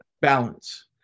balance